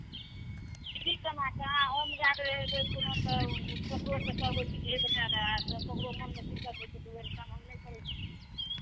की केना छै अहाँ हम जा कऽ ककरोसँ कहबै जे हे ककरो मोनमे दिक्कत हेतै तऽ ओहन काम हम नहि करै छी